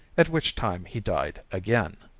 at which time he died again.